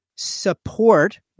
Support